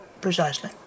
Precisely